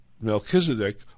Melchizedek